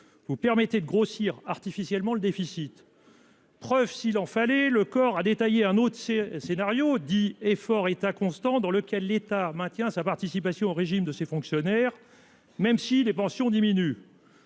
Vous permettez de grossir artificiellement le déficit. Preuve s'il en fallait le corps a détaillé un autre scénario dit effort état constant dans lequel l'État maintient sa participation au régime de ses fonctionnaires. Même si les pensions diminuent.